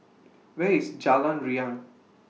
Where IS Jalan Riang